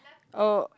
oh